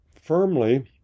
firmly